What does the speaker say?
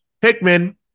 Hickman